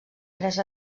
tres